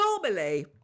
normally